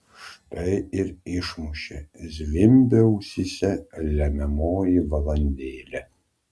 štai ir išmušė zvimbia ausyse lemiamoji valandėlė